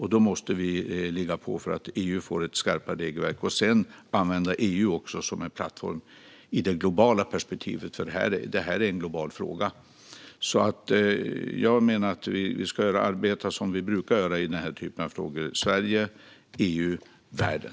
Vi måste ligga på för att EU ska få ett skarpare regelverk och sedan också använda EU som en plattform i det globala perspektivet, för detta är en global fråga. Vi ska arbeta som vi brukar göra i denna typ av frågor: Sverige, EU, världen.